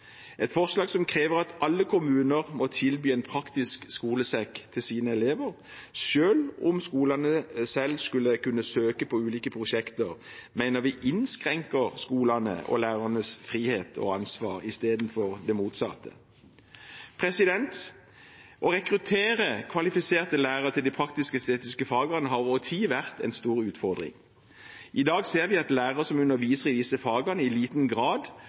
Et forslag som krever at alle kommuner må tilby elevene sine en praktisk skolesekk, mener vi innskrenker skolenes og lærernes frihet og ansvar, istedenfor det motsatte, selv om skolene selv skal kunne søke på ulike prosjekter. Å rekruttere kvalifiserte lærere til de praktisk-estetiske fagene har over tid vært en stor utfordring. I dag ser vi at lærerne som underviser i disse fagene, i liten grad